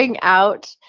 out